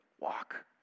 walk